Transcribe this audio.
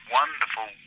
wonderful